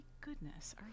goodness